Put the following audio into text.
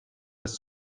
bis